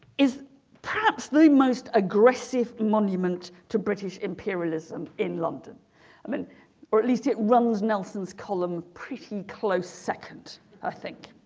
is perhaps the most aggressive monument to british imperialism in london i mean or at least it runs nelson's column pretty close second i think